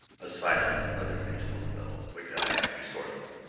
a silent, leather-faced little fellow, quick-eyed and resourceful.